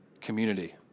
community